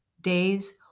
days